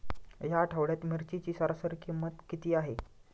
या आठवड्यात मिरचीची सरासरी किंमत किती आहे?